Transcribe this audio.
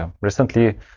recently